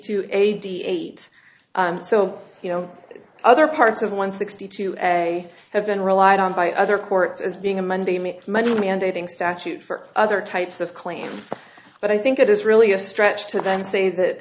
to eighty eight so you know other parts of one sixty two a have been relied on by other courts as being a monday make money mandating statute for other types of claims but i think it is really a stretch to then say that